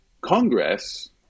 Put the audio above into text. Congress